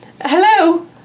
Hello